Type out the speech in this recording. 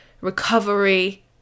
recovery